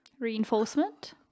reinforcement